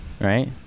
right